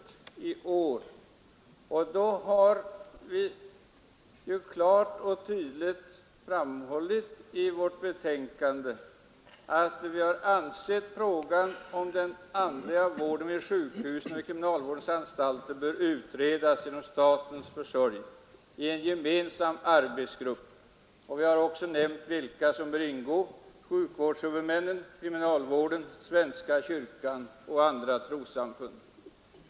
Vi har i vårt betänkande klart och tydligt framhållit att vi anser att frågan om den andliga vården vid sjukhusen och vid kriminalvårdens anstalter bör utredas genom statens försorg i en gemensam arbetsgrupp. Vi har också nämnt vilka som bör ingå i den: representanter för sjukvårdshuvudmännen, kriminalvården, svenska kyrkan och andra trossamfund.